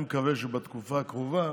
אני מקווה שבתקופה הקרובה